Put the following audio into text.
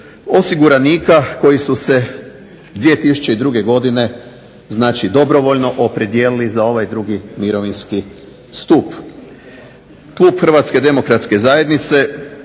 osiguranika koji su se 2002. Godine znači dobrovoljno opredijelili za ovaj 2. Mirovinski stup. Klub Hrvatske demokratske zajednice